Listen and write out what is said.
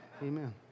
Amen